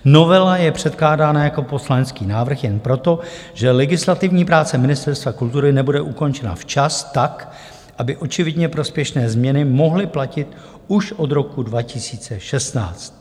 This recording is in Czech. Novela je předkládána jako poslanecký návrh jen proto, že legislativní práce Ministerstva kultury nebude ukončena včas tak, aby očividně prospěšné změny mohly platit už od roku 2016.